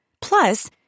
Plus